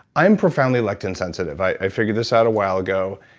i'm profoundly lectin sensitive. i figured this out a while ago,